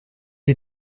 est